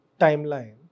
timeline